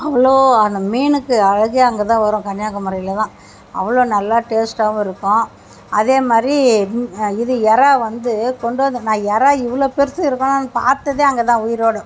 அவ்வளோ அந்த மீனுக்கு அழகே அங்கேதான் வரும் கன்னியாகுமரியில்தான் அவ்வளோ நல்லா டேஸ்ட்டாகவும் இருக்கும் அதேமாதிரி இது எறால் வந்து கொண்டுவந்து நான் எறால் இவ்வளோ பெருசு இருக்குனு பார்த்ததே அங்கேதான் உயிரோடு